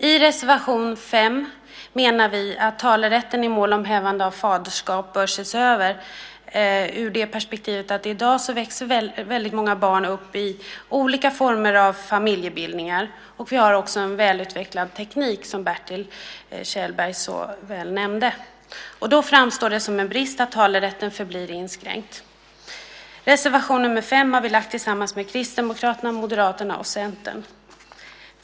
I reservation 5 menar vi att talerätten i mål om hävande av faderskap bör ses över i det perspektivet att i dag växer väldigt många barn upp i olika former av familjebildningar, och vi har också en väl utvecklad teknik, som Bertil Kjellberg så väl beskrev. Då framstår det som en brist att talerätten förblir inskränkt. Reservation nr 5 har vi tillsammans med Kristdemokraterna, Moderaterna och Centern.